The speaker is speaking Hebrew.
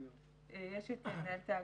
יש את מנהלת האגף,